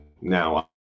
Now